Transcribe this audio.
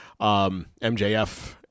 MJF